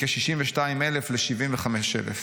מכ-62,000 ל-75,000.